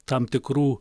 tam tikrų